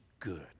good